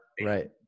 right